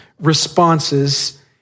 responses